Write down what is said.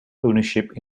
ownership